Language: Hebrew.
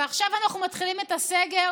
ועכשיו אנחנו מתחילים את הסגר